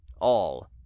All